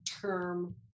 term